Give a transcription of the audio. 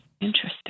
interesting